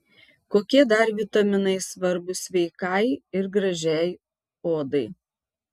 kokie dar vitaminai svarbūs sveikai ir gražiai odai